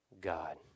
God